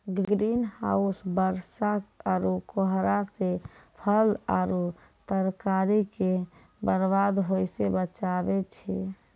green house बरसा आरु कोहरा से फल आरु तरकारी के बरबाद होय से बचाबै छै